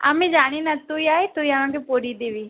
আমি জানি না তুই আয় তুই আমাকে পরিয়ে দিবি